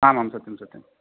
आमां सत्यं सत्यम्